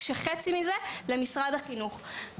כשחצי מזה למשרד החינוך.